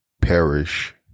perish